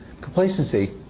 Complacency